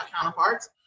counterparts